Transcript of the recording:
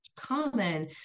common